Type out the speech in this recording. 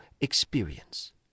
experience